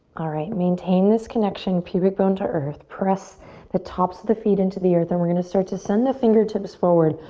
alright, maintain this connection pubic bone to earth. press the tops of the feet into the earth and we're gonna start to send the fingertips forward.